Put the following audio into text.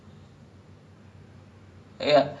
ya just spoil it lah I don't think I'll watch it that much anyway